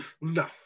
No